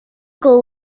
goal